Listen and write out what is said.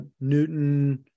Newton